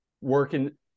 working